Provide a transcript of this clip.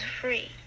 free